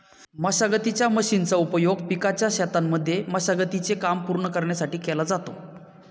मशागतीच्या मशीनचा उपयोग पिकाच्या शेतांमध्ये मशागती चे काम पूर्ण करण्यासाठी केला जातो